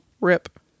Rip